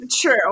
True